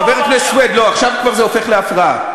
חבר הכנסת סוייד, עכשיו זה כבר הופך להפרעה.